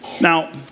Now